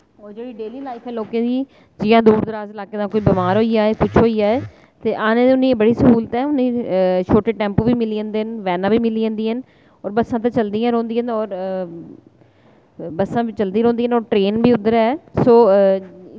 और जेह्ड़ी daily life ऐ लोकें दी जि'यां दूर दराज दे लाके दा कोई बमार होई जाए किश होई जाए ते औने दी उ'नें बड़ी स्हूलत ऐ उ'नें छोटे टैम्पू बी मिली जन्दे न वैन्नां बी मिली जंदियां न और बस्सां ते चलदियां रौंह्दियां न ते और बस्सां बी चलदियां रौंह्दियां न और ट्रेन बी उद्धर ऐ सो